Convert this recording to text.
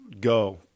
go